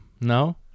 no